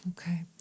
Okay